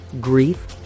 grief